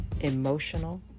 emotional